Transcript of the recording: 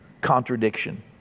contradiction